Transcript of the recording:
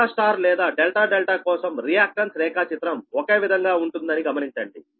∆ Y లేదా ∆∆ కోసం reactance రేఖాచిత్రం ఒకే విధంగా ఉంటుందని గమనించండి